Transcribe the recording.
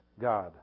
God